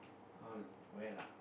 how where lah